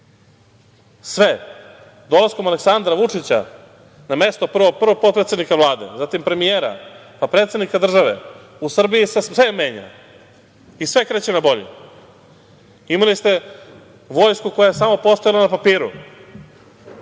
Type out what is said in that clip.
sve. Dolaskom Aleksandra Vučića na mesto prvo potpredsednika Vlade, zatim premijera, pa predsednika države, u Srbiji se sve menja i sve kreće na bolje. Imali ste vojsku koja je samo postojala na papiru,